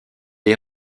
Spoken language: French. est